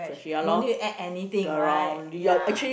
no need to add anything right ya